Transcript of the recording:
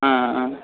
ஆ ஆ